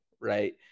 Right